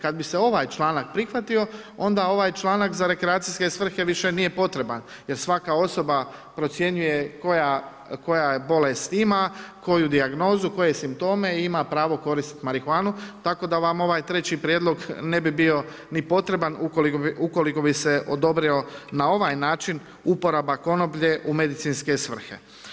Kad bi se ovaj članak prihvatio, onda ovaj članka za rekreacijske svrhe više nije potreban jer svaka osoba procjenjuje koja je bolest ima, koju dijagnozu, koje simptome i ima pravo koristiti marihuanu tako da vam ovaj treći prijedlog ne bi bio ni potreban ukoliko bi se odobrilo na ovaj način uporaba konoplje u medicinske svrhe.